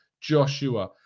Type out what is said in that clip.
Joshua